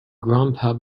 grandpa